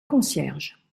concierge